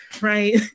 right